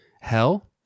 hell